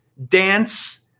Dance